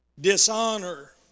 dishonor